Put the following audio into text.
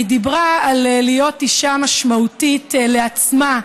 היא דיברה על להיות אישה משמעותית לעצמה,